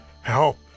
help